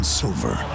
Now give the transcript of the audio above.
silver